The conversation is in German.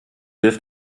hilf